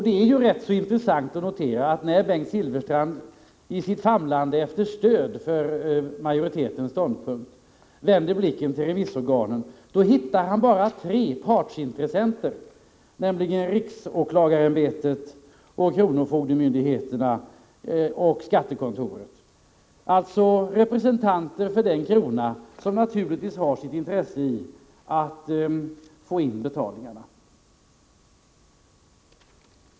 Det är intressant att notera att Bengt Silfverstrand, när han i sitt famlande efter stöd för majoritetens ståndpunkter vänder blicken mot remissorganen, bara hittar tre partsintressenter, nämligen riksåklagarämbetet, kronofogdemyndigheten och statskontoret, alltså representanter för kronan som naturligtvis har intresse av att få in pengar.